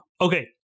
Okay